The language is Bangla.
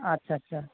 আচ্ছা আচ্ছা